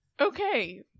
Okay